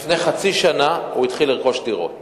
לפני חצי שנה הוא התחיל לרכוש דירות